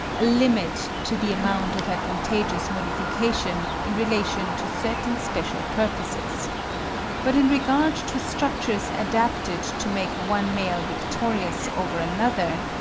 a limit to the amount of advantageous modification in relation to certain special purposes but in regard to structures adapted to make one male victorious over another,